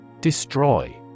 Destroy